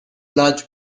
large